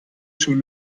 schon